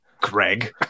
Greg